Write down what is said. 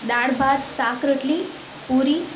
દાળ ભાત શાક રોટલી પુરી